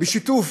בשיתוף